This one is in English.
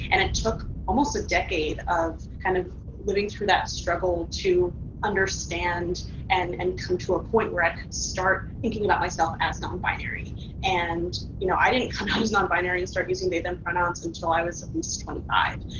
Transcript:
and it took almost a decade of kind of living through that struggle to understand and and come to a point where i could start thinking about myself as non-binary. and you know i didn't come out as non-binary and start using they them pronouns until i was at least twenty five.